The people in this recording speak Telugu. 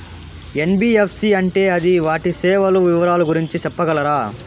ఎన్.బి.ఎఫ్.సి అంటే అది వాటి సేవలు వివరాలు గురించి సెప్పగలరా?